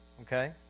Okay